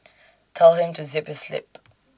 tell him to zip his lip